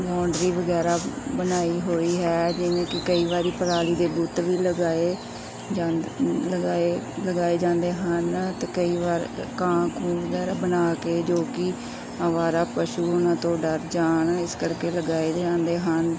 boundary ਵਗੈਰਾ ਬਣਾਈ ਹੋਈ ਹੈ ਜਿਵੇਂ ਕਿ ਕਈ ਵਾਰੀ ਪਰਾਲੀ ਦੇ ਬੁੱਤ ਵੀ ਲਗਾਏ ਜਾਂ ਲਗਾਏ ਲਗਾਏ ਜਾਂਦੇ ਹਨ ਅਤੇ ਕਈ ਵਾਰ ਕਾਂ ਕੂਦਰ ਬਣਾ ਕੇ ਜੋ ਕਿ ਅਵਾਰਾ ਪਸ਼ੂ ਉਹਨਾਂ ਤੋਂ ਡਰ ਜਾਣ ਇਸ ਕਰਕੇ ਲਗਾਏ ਜਾਂਦੇ ਹਨ